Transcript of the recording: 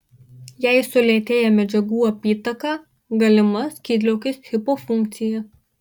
jei sulėtėja medžiagų apytaka galima skydliaukės hipofunkcija